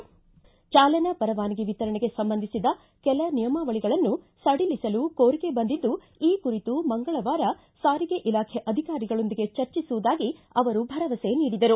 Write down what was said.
ಚಾಲನಾ ಪರವಾನಗಿ ವಿತರಣೆಗೆ ಸಂಬಂಧಿಸಿದ ಕೆಲ ನಿಯಮಾವಳಿಗಳನ್ನು ಸಡಿಲಿಸಲು ಕೋರಿಕೆ ಬಂದಿದ್ದು ಈ ಕುರಿತು ಮಂಗಳವಾರ ಸಾರಿಗೆ ಇಲಾಖೆ ಅಧಿಕಾರಿಗಳೊಂದಿಗೆ ಚರ್ಚಿಸುವುದಾಗಿ ಅವರು ಭರವಸೆ ನೀಡಿದರು